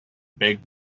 big